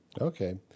Okay